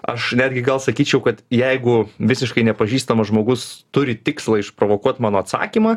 aš netgi gal sakyčiau kad jeigu visiškai nepažįstamas žmogus turi tikslą išprovokuot mano atsakymą